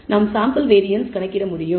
நாம் sample variance கணக்கிட முடியும்